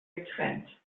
getrennt